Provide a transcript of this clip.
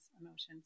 emotions